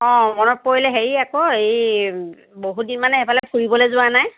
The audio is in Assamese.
অঁ মনত পৰিলে হেৰি আকৌ এই বহুতদিন মানে সেইফালে ফুৰিবলৈ যোৱা নাই